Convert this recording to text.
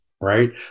right